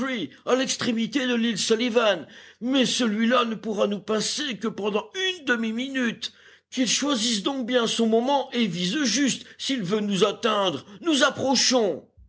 à l'extrémité de l'île sullivan mais celui-là ne pourra nous pincer que pendant une demi-minute qu'il choisisse donc bien son moment et vise juste s'il veut nous atteindre nous approchons